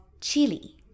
chili